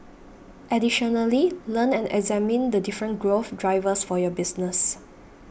additionally learn and examine the different growth drivers for your business